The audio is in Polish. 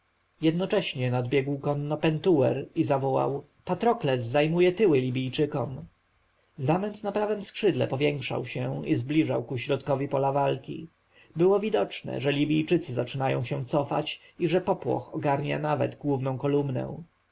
jednocześnie nadbiegł konno pentuer i zawołał patrokles zajmuje tyły libijczykom zamęt na prawem skrzydle powiększał się i zbliżał ku środkowi pola walki było widoczne że libijczycy zaczynają się cofać i że popłoch ogarnia nawet główną kolumnę